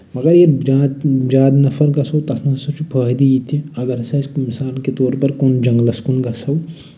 مَگر مَگر ییٚلہِ زیادٕ نَفر گژھو تَتھ منٛز ہسا چھُ فٲیدٕ یہِ تہِ اَگر ہسا اَسہِ مِثال کہِ طور پَر کُن جَنگلَس کُن گژھو